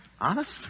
Honest